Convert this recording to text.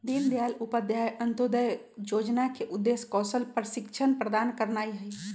दीनदयाल उपाध्याय अंत्योदय जोजना के उद्देश्य कौशल प्रशिक्षण प्रदान करनाइ हइ